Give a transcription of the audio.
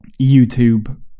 YouTube